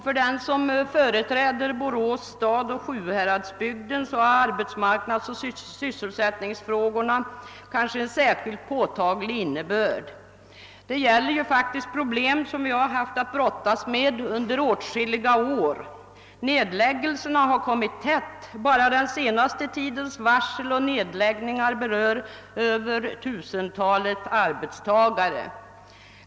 För dem som företräder Borås stad och Sjuhäradsbygden har arbetsmarknadsoch sysselsättningsfrågorna kanske en särskilt påtaglig innebörd. Det gäller problem som vi har haft att brottas med under åtskilliga år. Nedläggningarna har kommit tätt; bara den senaste tidens varsel och nedläggningar berör över tusentalet arbetstagare.